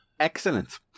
Excellent